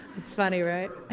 it's funny, right?